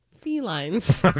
Felines